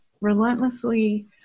relentlessly